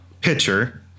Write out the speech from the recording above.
pitcher